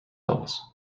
doubles